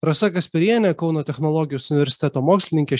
rasa gasperienė kauno technologijos universiteto mokslininkė